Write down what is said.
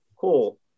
cool